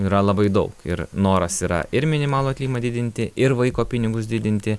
yra labai daug ir noras yra ir minimalų atlyginimą didinti ir vaiko pinigus didinti